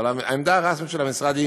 העמדה הרשמית של המשרד היא